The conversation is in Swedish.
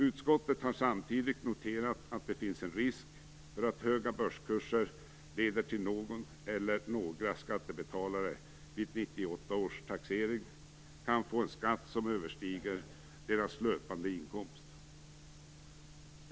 Utskottet har samtidigt noterat att det finns en risk för att höga börskurser leder till att någon och några skattebetalare vid 1998 års taxering kan få en skatt som överstiger deras löpande inkomst.